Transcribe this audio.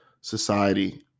society